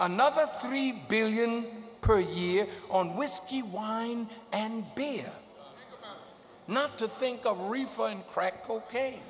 another free billion per year on whiskey wine and beer not to think of referring crack cocaine